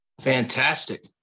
Fantastic